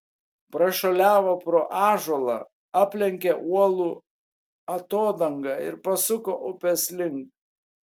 prašuoliavo pro ąžuolą aplenkė uolų atodangą ir pasuko upės link